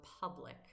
public